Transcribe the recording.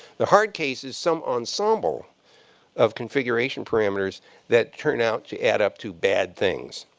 the hard case is some ensemble of configuration parameters that turn out to add up to bad things.